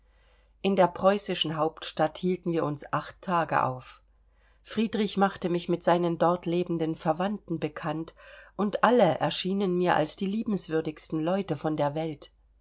in der preußischen hauptstadt hielten wir uns acht tage auf friedrich machte mich mit seinen dort lebenden verwandten bekannt und alle erschienen mir als die liebenswürdigsten leute von der welt